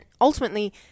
ultimately